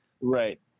right